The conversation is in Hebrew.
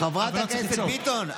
חברת הכנסת ביטון,